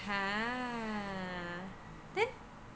!huh! then